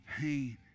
pain